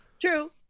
true